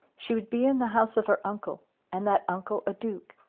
she would be in the house of her uncle and that uncle a duke,